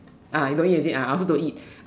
ah you know those days ah I also don't eat